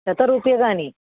शतं रूप्यकाणि